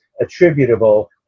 attributable